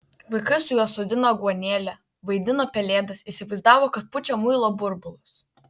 vaikai su juo sodino aguonėlę vaidino pelėdas įsivaizdavo kad pučia muilo burbulus